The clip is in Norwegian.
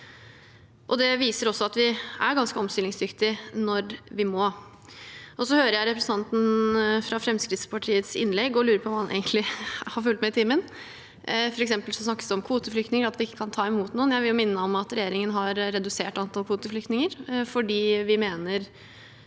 Det viser også at vi er ganske omstillingsdyktige når vi må. Jeg hører representanten fra Fremskrittspartiets innlegg og lurer på om han egentlig har fulgt med i timen. For eksempel snakkes det om at vi ikke kan ta imot noen kvoteflyktninger. Jeg vil minne om at regjeringen har redusert antall kvoteflyktninger, fordi vi fra